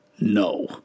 No